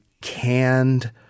canned